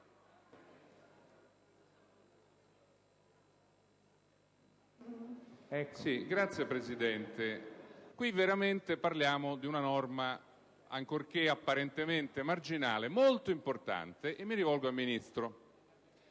Signor Presidente, parliamo di una norma, ancorché apparentemente marginale, molto importante. Mi rivolgo al Ministro,